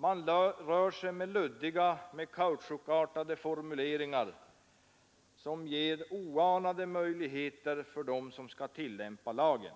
Man rör sig med luddiga och kautschukartade formuleringar, som ger oanade möjligheter för dem som skall tillämpa lagen.